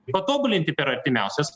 patobulinti per artimiausias